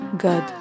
God